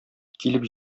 килеп